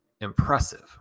impressive